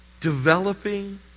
developing